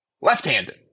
left-handed